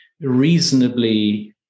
reasonably